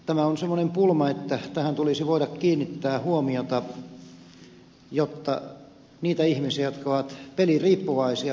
tämä on semmoinen pulma että tähän tulisi voida kiinnittää huomiota jotta niitä ihmisiä jotka ovat peliriippuvaisia voitaisiin auttaa